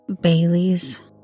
Baileys